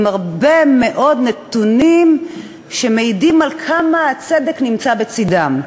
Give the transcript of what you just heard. הרבה מאוד נתונים שמעידים על כמה הצדק לצדם.